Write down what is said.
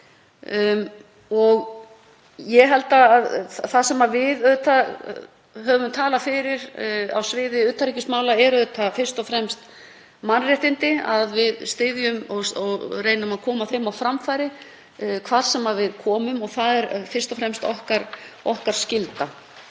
mjög víða. Það sem við höfum talað fyrir á sviði utanríkismála eru auðvitað fyrst og fremst mannréttindi, að við styðjum og reynum að koma þeim á framfæri hvar sem við komum. Það er fyrst og fremst skylda